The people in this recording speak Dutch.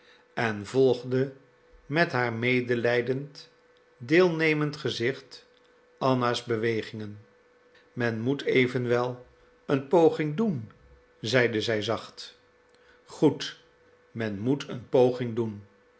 en volgde met haar medelijdend deelnemend gezicht anna's bewegingen men moet evenwel een poging doen zeide zij zacht goed men moet een poging doen